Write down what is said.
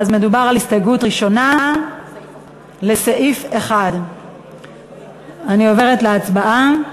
מדובר על ההסתייגות הראשונה לסעיף 1. אני עוברת להצבעה.